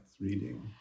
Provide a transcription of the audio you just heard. reading